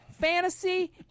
Fantasy